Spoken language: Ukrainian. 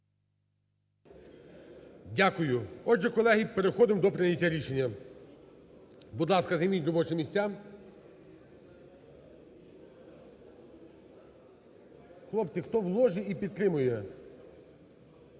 Дякую. Отже, колеги, переходимо до прийняття рішення. Будь ласка, займіть робочі місця. Хлопці, хто в ложі і підтримує,